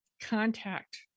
Contact